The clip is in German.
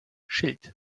schild